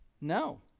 no